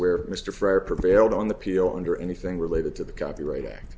where mr frere prevailed on the piano under anything related to the copyright act